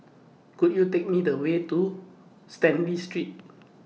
Could YOU Take Me The Way to Stanley Street